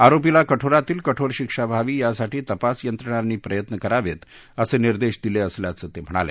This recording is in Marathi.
आरोपीला कठोरातील कठोऱ शिक्षा व्हावी यासाठी तपास यंत्रणांनी प्रयत्न करावेत असे निर्देश दिले असल्याचं ते म्हणाले